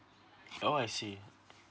oh I see